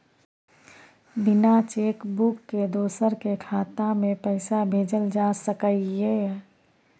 बिना cheque book के दोसर के खाता में पैसा भेजल जा सकै ये?